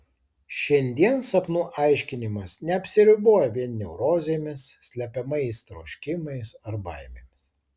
šiandien sapnų aiškinimas neapsiriboja vien neurozėmis slepiamais troškimais ar baimėmis